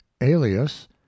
alias